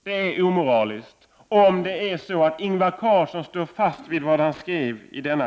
Det är omoraliskt att handla så, om Ingvar Carlsson står fast vid vad han skrev i artikeln.